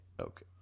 Okay